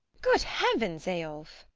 good heavens, eyolf!